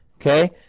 Okay